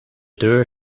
deur